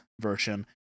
version